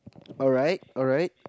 alright alright